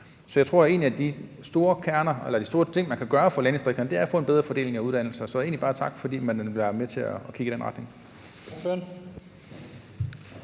Så jeg tror, at en af de store ting, man kan gøre for landdistrikterne, er at få en bedre fordeling af uddannelser, så jeg vil egentlig bare sige tak for, at man vil være med til at kigge i den retning.